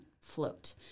float